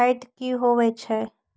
Fat की होवछै?